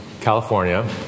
California